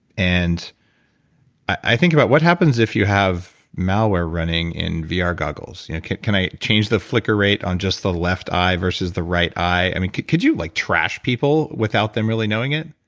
and i think about what happens if you have malware running in vr ah goggles. you know can i change the flicker rate on just the left eye versus the right eye? i mean, could you like trash people without them really knowing it?